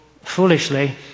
foolishly